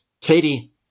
Katie